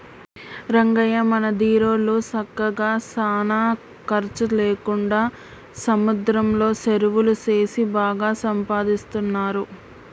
రంగయ్య మన దీరోళ్ళు సక్కగా సానా ఖర్చు లేకుండా సముద్రంలో సెరువులు సేసి బాగా సంపాదిస్తున్నారు